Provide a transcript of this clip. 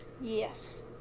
Yes